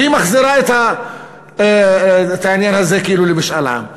והיא מחזירה את העניין הזה כאילו למשאל עם.